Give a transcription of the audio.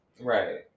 Right